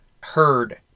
heard